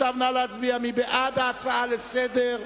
נא להצביע מי בעד ההצעה לסדר-היום,